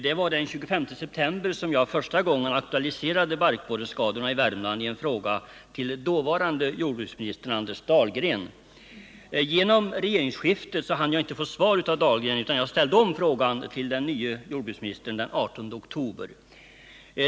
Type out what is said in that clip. Det var den 25 september som jag första gången aktualiserade barkborreskadorna i Värmland i en fråga till dåvarande jordbruksministern Anders Dahlgren. Genom regeringsskiftet hann jag inte få svar av Anders Dahlgren, utan jag ställde om frågan till den nye jordbruksministern den 18 oktober.